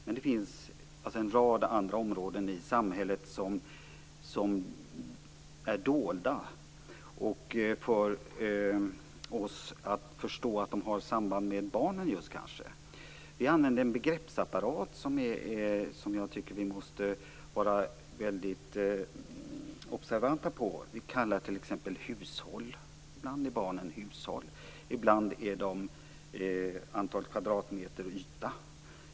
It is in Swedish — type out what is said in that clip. Men det finns också en rad andra områden i samhället som är dolda. Det kanske är svårt för oss att förstå att de har samband med just barnen. Vi använder en begreppsapparat som jag tycker att vi måste vara väldigt observanta på. Vi talar t.ex. om hushåll. Ibland är barnen hushåll. Ibland är de antal kvadratmeter yta.